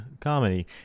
comedy